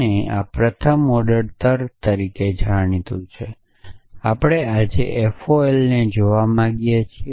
અને આ પ્રથમ ઑર્ડર તર્ક તરીકે જાણીતું છે અને આપણે તે આજે FOL ને જોવા માંગીએ છીએ